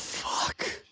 fuck